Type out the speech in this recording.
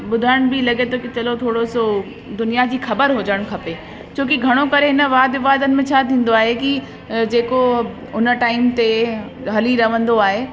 ॿुधण बि लॻे थो कि चलो थोरोसो दुनिया जी ख़बर हुजणु खपे छोकी घणो करे हिन वाद विवादनि में छा थींदो आहे कि जेको हुन टाइम ते हली रहंदो आहे